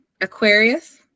Aquarius